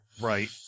right